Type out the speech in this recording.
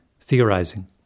theorizing